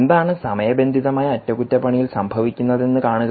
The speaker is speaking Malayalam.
എന്താണ് സമയബന്ധിതമായ അറ്റകുറ്റപ്പണിയിൽ സംഭവിക്കുന്നതെന്ന് കാണുക